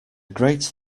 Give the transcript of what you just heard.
great